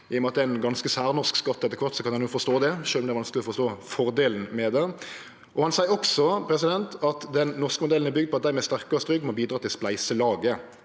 I og med at det er ein ganske særnorsk skatt, kan ein jo forstå det, sjølv om det er vanskeleg å forstå fordelen med han. Han sa også: «Den norske modellen er bygd på at de med sterkest rygg må bidra til spleiselaget.»